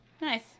Nice